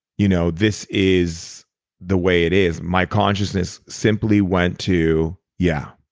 you know this is the way it is. my consciousness simply went to yeah.